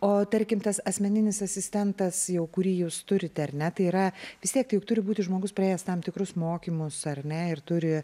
o tarkim tas asmeninis asistentas jau kurį jūs turite ar ne tai yra vis tiek tai juk turi būti žmogus praėjęs tam tikrus mokymus ar ne ir turi